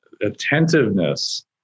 attentiveness